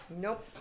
Nope